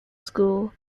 school